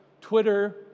Twitter